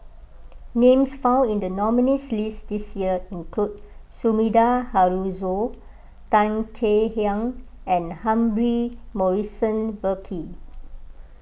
names found in the nominees' list this year include Sumida Haruzo Tan Kek Hiang and Humphrey Morrison Burkill